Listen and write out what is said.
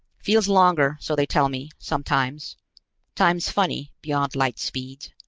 feels longer, so they tell me, sometimes time's funny, beyond light-speeds.